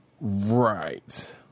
right